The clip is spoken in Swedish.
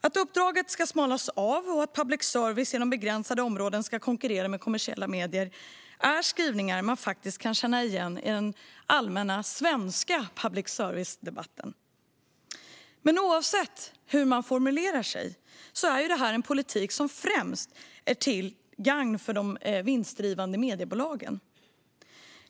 Att uppdraget ska smalnas av och att public service inom begränsade områden ska konkurrera med kommersiella medier är skrivningar man faktiskt kan känna igen från den allmänna svenska public service-debatten. Men oavsett hur man formulerar sig är det här en politik som främst är till gagn för de vinstdrivande mediebolagen.